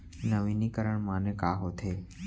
नवीनीकरण माने का होथे?